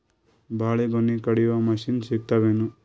ಬಾಳಿಗೊನಿ ಕಡಿಯು ಮಷಿನ್ ಸಿಗತವೇನು?